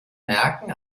merken